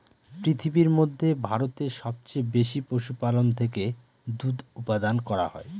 পৃথিবীর মধ্যে ভারতে সবচেয়ে বেশি পশুপালন থেকে দুধ উপাদান করা হয়